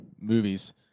movies